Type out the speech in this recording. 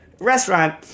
restaurant